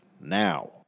now